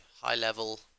high-level